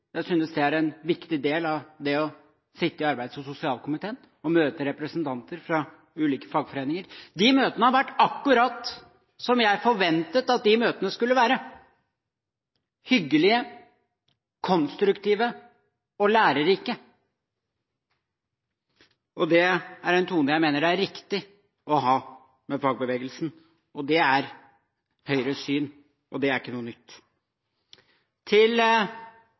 jeg synes det er en viktig del av det å sitte i arbeids- og sosialkomiteen og møte representanter fra ulike fagforeninger. De møtene har vært akkurat som jeg forventet at de møtene skulle være – hyggelige, konstruktive og lærerike, og det er en tone jeg mener det er riktig å ha med fagbevegelsen. Det er Høyres syn, og det er ikke noe nytt. Til